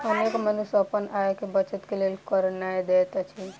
अनेक मनुष्य अपन आय के बचत के लेल कर नै दैत अछि